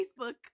facebook